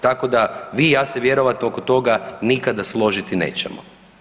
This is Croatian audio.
Tako da, vi i ja se vjerojatno oko toga nikada složiti nećemo.